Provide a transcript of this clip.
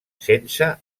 sense